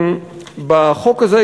בחוק הזה,